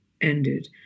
ended